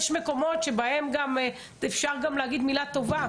יש מקומות בהם אפשר להגיד מילה טובה.